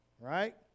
right